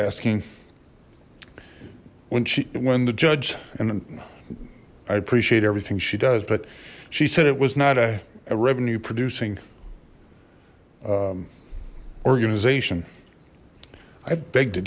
asking when she when the judge and i appreciate everything she does but she said it was not a revenue producing organization i beg to